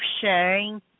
sharing